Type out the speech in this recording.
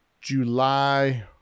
July